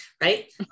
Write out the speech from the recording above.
right